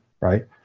right